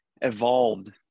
evolved